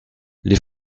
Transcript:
les